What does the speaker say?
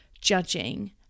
judging